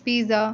pizza